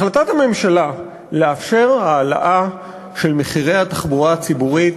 החלטת הממשלה לאפשר העלאה של מחירי התחבורה הציבורית